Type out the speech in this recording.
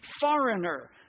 foreigner